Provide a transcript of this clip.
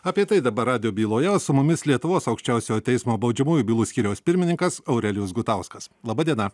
apie tai dabar radijo byloje o su mumis lietuvos aukščiausiojo teismo baudžiamųjų bylų skyriaus pirmininkas aurelijus gutauskas laba diena